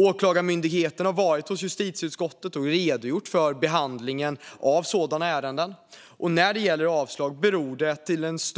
Åklagarmyndigheten har varit hos justitieutskottet och redogjort för behandlingen av sådana ärenden, och att det ofta blir avslag beror dels